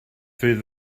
fydd